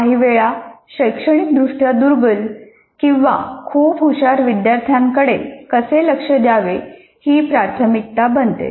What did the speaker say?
काहीवेळा शैक्षणिक दृष्ट्या दुर्बल किंवा खूप हुशार विद्यार्थ्यांकडे कसे लक्ष द्यावे ही प्राथमिकता बनते